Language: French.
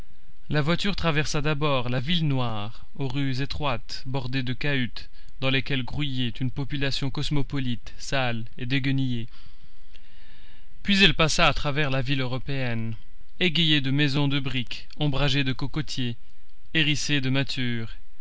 la voiture traversa d'abord la ville noire aux rues étroites bordées de cahutes dans lesquelles grouillait une population cosmopolite sale et déguenillée puis elle passa à travers la ville européenne égayée de maisons de briques ombragée de cocotiers hérissée de mâtures